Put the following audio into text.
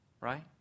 right